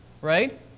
right